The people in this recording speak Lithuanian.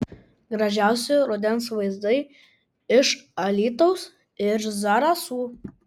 gražiausi rudens vaizdai iš alytaus ir zarasų